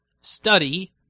study